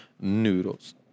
noodles